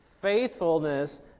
Faithfulness